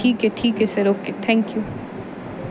ਠੀਕ ਹੈ ਠੀਕ ਹੈ ਸਰ ਓਕੇ ਥੈਂਕ ਯੂ